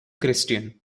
christian